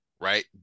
right